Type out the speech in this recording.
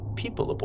people